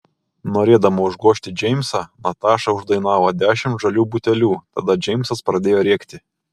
norėdama užgožti džeimsą nataša uždainavo dešimt žalių butelių tada džeimsas pradėjo rėkti